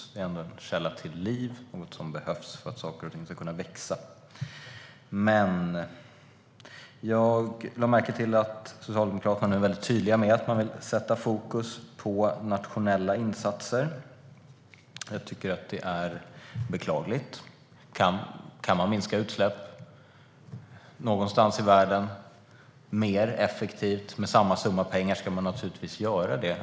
Det är ändå en källa till liv och något som behövs för att saker och ting ska kunna växa. Jag lade märke till att Socialdemokraterna är mycket tydliga med att man vill sätta fokus på nationella insatser. Jag tycker att det är beklagligt. Kan man minska utsläpp någonstans i världen mer effektivt med samma summa pengar ska man naturligtvis göra det.